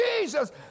Jesus